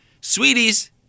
sweeties